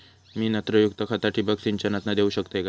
मी नत्रयुक्त खता ठिबक सिंचनातना देऊ शकतय काय?